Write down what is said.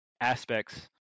aspects